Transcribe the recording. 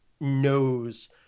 knows